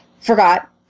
forgot